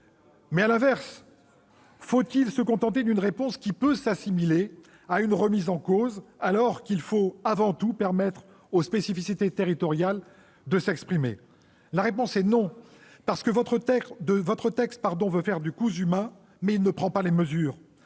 Mais à l'inverse, faut-il se contenter d'une réponse qui peut s'assimiler à une remise en cause, alors qu'il faut avant tout permettre aux spécificités territoriales de s'exprimer ? La réponse est non ! Votre texte veut faire du « cousu main », mais il ne prend pas les mesures